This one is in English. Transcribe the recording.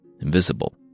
Invisible